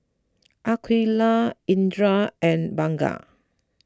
Aqilah Indra and Bunga